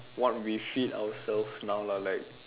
what we feed ourselves now lah like